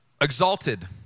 exalted